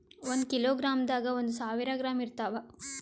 ಒಂದ್ ಕಿಲೋಗ್ರಾಂದಾಗ ಒಂದು ಸಾವಿರ ಗ್ರಾಂ ಇರತಾವ